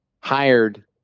hired